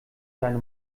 seine